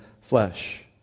flesh